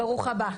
ברוך הבא.